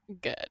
good